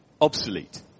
obsolete